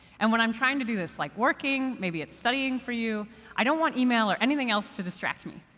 and when i'm trying to do this like, working. maybe it's studying for you i don't want email or anything else to distract me.